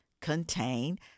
contain